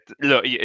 look